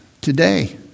today